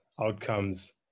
outcomes